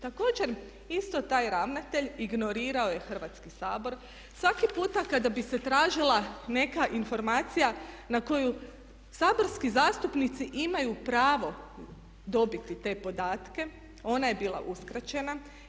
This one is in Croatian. Također, isto taj ravnatelj ignorirao je Hrvatski sabor svaki puta kada bi se tražila neka informacija na koju saborski zastupnici imaju pravo dobiti te podatke, ona je bila uskraćena.